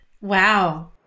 Wow